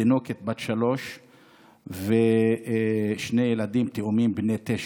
תינוקת בת שלוש ושני ילדים תאומים בני תשע.